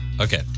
Okay